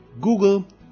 Google